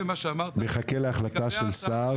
'מחכה להחלטה של שר'.